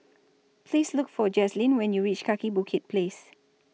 Please Look For Jazlene when YOU REACH Kaki Bukit Place